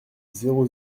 zéro